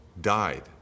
died